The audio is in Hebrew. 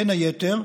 בין היתר,